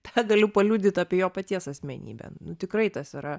tą galiu paliudyt apie jo paties asmenybę nu tikrai tas yra